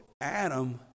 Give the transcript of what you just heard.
Adam